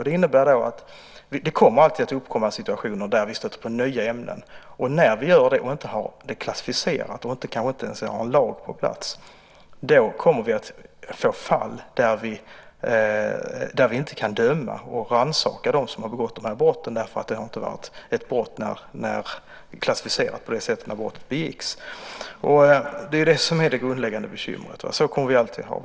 Det innebär att det alltid kommer att uppkomma situationer där vi stöter på nya ämnen. När vi gör det och inte har det klassificerat, och kanske inte ens har en lag på plats, kommer vi att få fall där vi inte kan döma och rannsaka dem som har begått de här brotten, för det har inte varit klassificerat på det sättet när brottet begicks. Det är det som är det grundläggande bekymret. Så kommer det alltid att vara.